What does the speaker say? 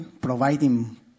providing